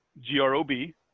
G-R-O-B